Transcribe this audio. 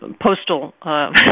postal